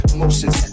Emotions